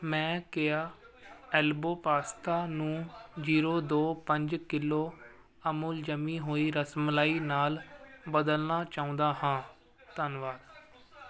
ਮੈਂ ਕਿਆ elbow pasta ਨੂੰ ਜ਼ੀਰੋ ਦੋ ਪੰਜ ਕਿੱਲੋ ਅਮੂਲ ਜੰਮੀ ਹੋਈ ਰਸਮਲਾਈ ਨਾਲ ਬਦਲਣਾ ਚਾਹੁੰਦਾ ਹਾਂ ਧੰਨਵਾਦ